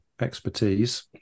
expertise